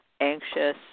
anxious